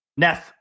Neth